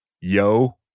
Yo